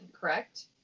correct